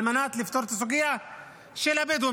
על מנת לפתור את הסוגיה של הבדואים.